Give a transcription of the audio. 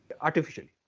artificially